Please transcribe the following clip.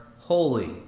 holy